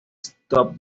stop